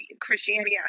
Christianity